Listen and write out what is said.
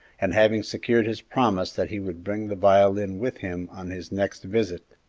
and having secured his promise that he would bring the violin with him on his next visit,